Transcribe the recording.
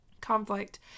conflict